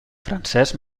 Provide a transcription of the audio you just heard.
francès